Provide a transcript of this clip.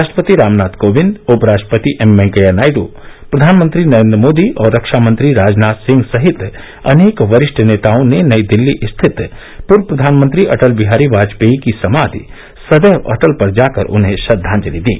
राष्ट्रपति रामनाथ कोविंद उपराष्ट्रपति एम वेंकैया नायडू प्रधानमंत्री नरेन्द्र मोदी और रक्षा मंत्री राजनाथ सिंह सहित अनेक वरिष्ठ नेताओं ने नई दिल्ली स्थित पूर्व प्रधानमंत्री अटल विहारी वाजपेयी की समाधि सदैव अटल पर जाकर उन्हें श्रद्वाजलि दी